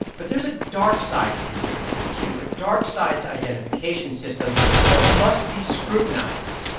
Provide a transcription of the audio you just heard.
but there is a dark side to consider here, too, a dark side to identification systems that must be scrutinized.